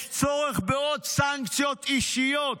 יש צורך בעוד סנקציות אישיות,